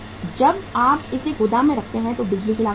जब आप इसे गोदाम में रखते हैं तो बिजली की लागत होती है